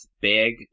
big